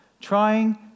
trying